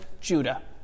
Judah